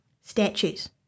statues